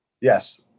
Yes